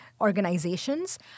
organizations